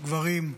גברים,